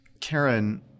Karen